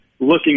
looking